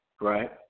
Right